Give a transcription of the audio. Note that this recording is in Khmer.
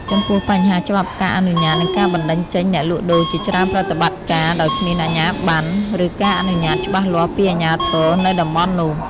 ចំពោះបញ្ហាច្បាប់ការអនុញ្ញាត និងការបណ្តេញចេញអ្នកលក់ដូរជាច្រើនប្រតិបត្តិការដោយគ្មានអាជ្ញាប័ណ្ណ ឬការអនុញ្ញាតច្បាស់លាស់ពីអាជ្ញាធរនៅតំបន់នោះ ។